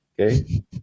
Okay